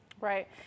Right